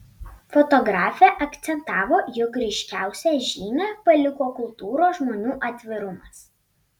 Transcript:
fotografė akcentavo jog ryškiausią žymę paliko kultūros žmonių atvirumas